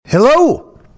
Hello